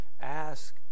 ask